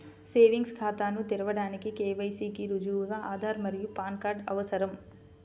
savings ఖాతాను తెరవడానికి KYC కి రుజువుగా ఆధార్ మరియు పాన్ కార్డ్ అవసరం